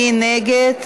מי נגד?